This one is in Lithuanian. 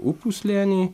upių slėniai